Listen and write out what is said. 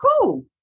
cool